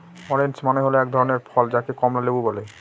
orange মানে হল এক ধরনের ফল যাকে কমলা লেবু বলে